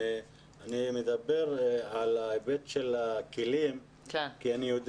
אני מדבר על ההיבט של הכלים כי אני יודע